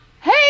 Hey